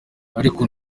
ariko